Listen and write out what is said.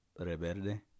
Reverde